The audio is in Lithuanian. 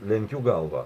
lenkiu galvą